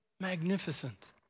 magnificent